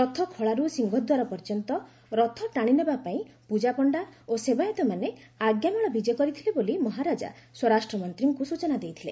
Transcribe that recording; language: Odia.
ରଥଖଳାରୁ ସିଂହଦ୍ୱାର ପର୍ଯ୍ୟନ୍ତ ରଥ ଟାଣିନେବା ପାଇଁ ପୂଜାପଣ୍ଡା ଓ ସେବାୟତମାନେ ଆଞ୍ଜାମାଳ ବିଜେ କରିଥିଲେ ବୋଲି ମହାରାଜା ସ୍ୱରାଷ୍ଟ୍ର ମନ୍ତ୍ରୀଙ୍କୁ ସୂଚନା ଦେଇଥିଲେ